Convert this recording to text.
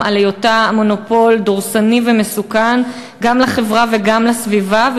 על היותה מונופול דורסני ומסוכן גם לחברה וגם לסביבה,